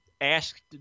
asked